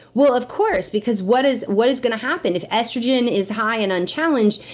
well of course. because what is what is gonna happen if estrogen is high and unchallenged,